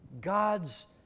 God's